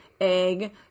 egg